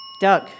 Doug